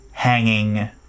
hanging